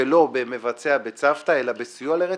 ולא מבצע בצוותא, אלא בסיוע לרצח,